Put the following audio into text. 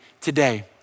today